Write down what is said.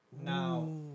Now